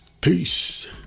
Peace